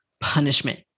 punishment